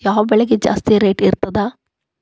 ಯಾವ ಬೆಳಿಗೆ ಜಾಸ್ತಿ ರೇಟ್ ಇರ್ತದ?